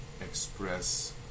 express